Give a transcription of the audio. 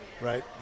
right